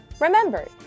Remember